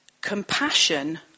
compassion